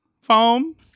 Foam